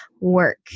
work